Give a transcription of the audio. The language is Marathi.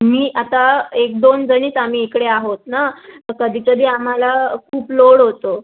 मी आता एक दोन जणीच आम्ही इकडे आहोत ना तर कधी कधी आम्हाला खूप लोड होतो